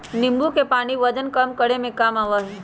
नींबू के पानी वजन कम करे में काम आवा हई